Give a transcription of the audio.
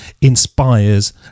inspires